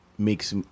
makes